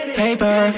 paper